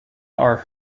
are